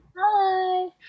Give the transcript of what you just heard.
Hi